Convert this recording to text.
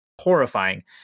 horrifying